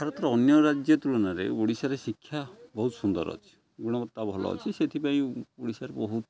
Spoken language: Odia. ଭାରତର ଅନ୍ୟ ରାଜ୍ୟ ତୁଳନାରେ ଓଡ଼ିଶାରେ ଶିକ୍ଷା ବହୁତ ସୁନ୍ଦର ଅଛି ଗୁଣବତ୍ତା ଭଲ ଅଛି ସେଥିପାଇଁ ଓଡ଼ିଶାର ବହୁତ